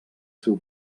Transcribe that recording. seu